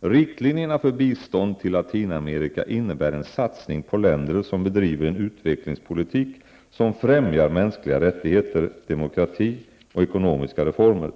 Riktlinjerna för bistånd till Latinamerika innebär en satsning på länder som bedriver en utvecklingspolitik som främjar mänskliga rättigheter, demokrati och ekonomiska reformer.